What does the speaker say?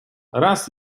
raz